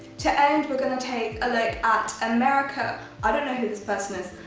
to end we're going to take a look at america i don't know who this person is,